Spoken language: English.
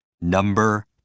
Number